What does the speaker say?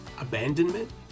abandonment